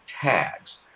tags